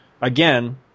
Again